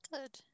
Good